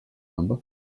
number